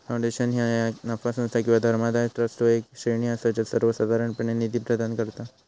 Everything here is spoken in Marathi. फाउंडेशन ह्या ना नफा संस्था किंवा धर्मादाय ट्रस्टचो येक श्रेणी असा जा सर्वोसाधारणपणे निधी प्रदान करता